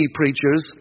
preachers